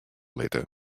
litte